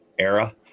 Era